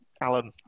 Alan